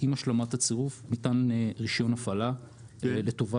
עם השלמת הצירוף ניתן רישיון הפעלה לטובת